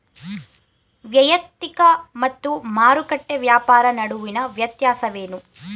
ವೈಯಕ್ತಿಕ ಮತ್ತು ಮಾರುಕಟ್ಟೆ ವ್ಯಾಪಾರ ನಡುವಿನ ವ್ಯತ್ಯಾಸವೇನು?